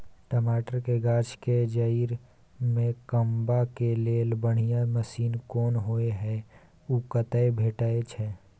टमाटर के गाछ के जईर में कमबा के लेल बढ़िया मसीन कोन होय है उ कतय भेटय छै?